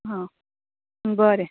हां बरें